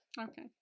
Okay